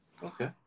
okay